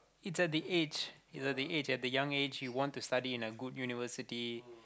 it's at the age it's at the age at the young age you want to study in a good university